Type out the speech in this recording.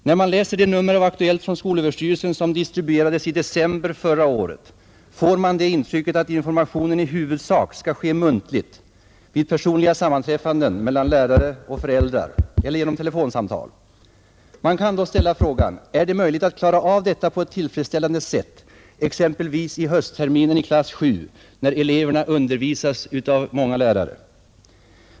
När man läser det nummer av Aktuellt från skolöverstyrelsen som distribuerades i december förra året, får man det intrycket att informationen i huvudsak skall ske muntligt vid personliga sammanträffanden mellan lärare och föräldrar eller genom telefonsamtal. Man kan då fråga: Är det möjligt att klara av detta på ett tillfredsställande sätt, exempelvis under höstterminen i klass 7 då eleverna undervisas av många lärare?